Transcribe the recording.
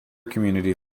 community